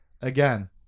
Again